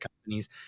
companies